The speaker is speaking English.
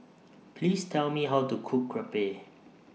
Please Tell Me How to Cook Crepe